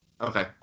Okay